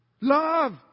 Love